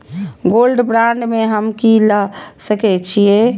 Gold bond में हम की ल सकै छियै?